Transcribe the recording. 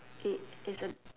it isn't